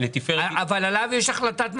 אבל עליו יש החלטת ממשלה.